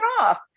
off